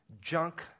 junk